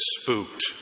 spooked